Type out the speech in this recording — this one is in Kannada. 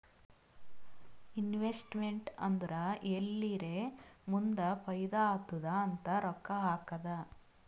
ಇನ್ವೆಸ್ಟಮೆಂಟ್ ಅಂದುರ್ ಎಲ್ಲಿರೇ ಮುಂದ್ ಫೈದಾ ಆತ್ತುದ್ ಅಂತ್ ರೊಕ್ಕಾ ಹಾಕದ್